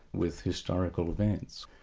with historical events,